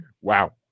wow